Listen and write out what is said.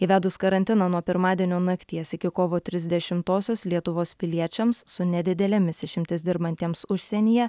įvedus karantiną nuo pirmadienio nakties iki kovo trisdešimtosios lietuvos piliečiams su nedidelėmis išimtimis dirbantiems užsienyje